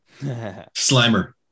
Slimer